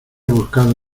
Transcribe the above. buscado